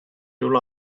you